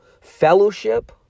fellowship